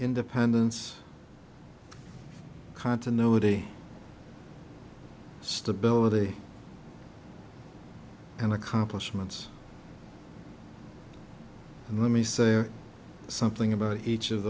independence continuity stability and accomplishments and let me say something about each of